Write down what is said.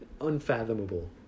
unfathomable